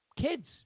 kids